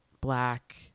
black